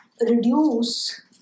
reduce